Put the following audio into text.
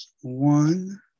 one